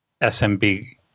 smb